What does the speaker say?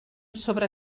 sobre